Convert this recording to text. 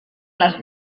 les